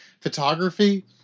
Photography